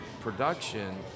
production